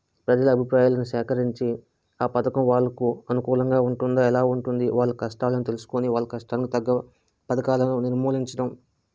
ప్రజల అభిప్రాయాలను సేకరించి ఆ పథకం వాళ్ళకు అనుకూలంగా ఉంటుందా ఎలా ఉంటుంది వాళ్ళ కష్టాలను తెలుసుకోని వాళ్ళ కష్టాలకు తగ్గా పథకాలను నిర్మూలించడం